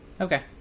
Okay